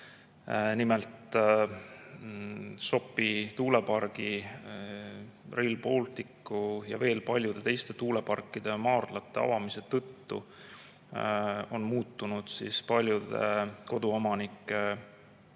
Nimelt, Sopi tuulepargi, Rail Balticu ja veel paljude teiste tuuleparkide maardlate avamise tõttu on muutunud paljude koduomanike